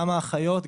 גם האחיות,